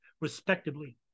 respectively